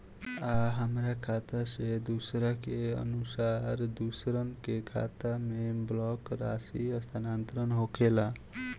आ हमरा खाता से सूची के अनुसार दूसरन के खाता में बल्क राशि स्थानान्तर होखेला?